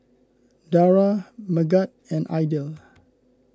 Dara Megat and Aidil